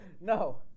No